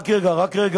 רק רגע, רק רגע,